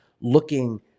looking